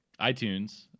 iTunes